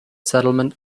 settlement